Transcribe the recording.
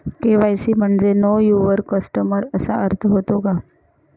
KYC म्हणजे know your customer असा अर्थ होतो का?